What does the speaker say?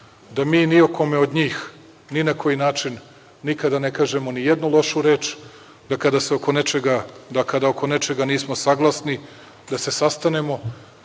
da mi ni o kome od njih ni na koji način nikada ne kažemo ni jednu lošu reč, da kada oko nečega nismo saglasni da se sastanemo